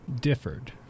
differed